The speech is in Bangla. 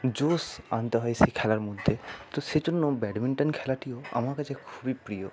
জোশ আনতে হয় সেই খেলার মধ্যে তো সেজন্য ব্যাডমিন্টন খেলাটিও আমার কাছে খুবই প্রিয়